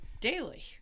Daily